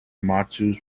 mutsu